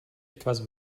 etwas